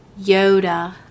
Yoda